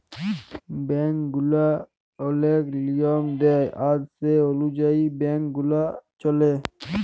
bank গুলা ওলেক লিয়ম দেয় আর সে অলুযায়ী ব্যাংক গুলা চল্যে